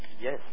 Yes